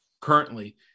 currently